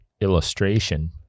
illustration